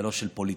ולא של פוליטיקה.